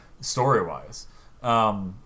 story-wise